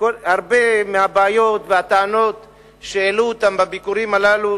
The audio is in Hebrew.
הרבה מהבעיות והטענות שהעלו אותן בביקורים הללו,